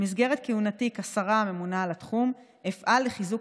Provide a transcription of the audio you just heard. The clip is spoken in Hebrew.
במסגרת כהונתי כשרה הממונה על התחום אפעל לחיזוק